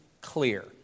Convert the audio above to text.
clear